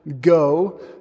go